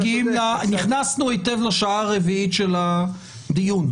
נכנסנו היטב לשעה הרביעית של הדיון.